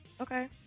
okay